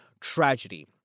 tragedy